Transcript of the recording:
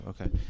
okay